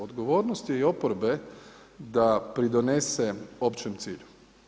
Odgovornost je i oporbe da pridonese općem cilju.